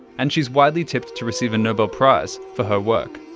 and she's widely tipped to receive a nobel prize for her work.